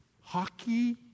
hockey